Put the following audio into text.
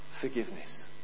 forgiveness